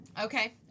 Okay